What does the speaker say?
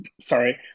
sorry